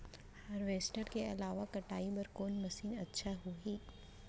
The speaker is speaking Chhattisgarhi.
हारवेस्टर के अलावा कटाई बर कोन मशीन अच्छा होही?